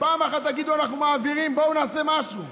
פעם אחת תגידו: אנחנו מעבירים, בואו נעשה משהו.